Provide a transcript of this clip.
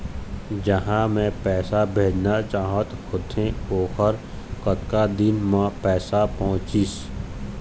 जहां मैं पैसा भेजना चाहत होथे ओहर कतका दिन मा पैसा पहुंचिस?